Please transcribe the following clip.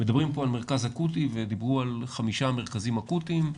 מדברים פה על מרכז אקוטי ודיברו על חמישה מרכזים אקוטיים,